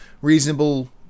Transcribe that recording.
Reasonable